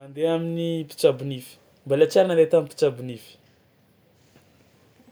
Andeha amin'ny mpitsabo nify, mbôla tsy ary nandeha tam'mpitsabo nify.